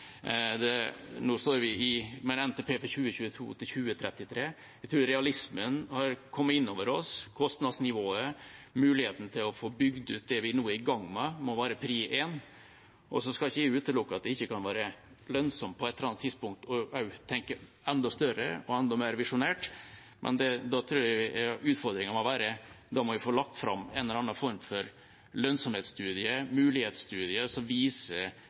å få bygget ut det vi nå er i gang med, må være førsteprioritet. Så skal ikke jeg utelukke at det ikke kan være lønnsomt på et eller annet tidspunkt å tenke enda større og enda mer visjonært, men da tror jeg vi må få lagt fram en eller annen form for lønnsomhetsstudie, mulighetsstudie, som viser